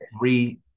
three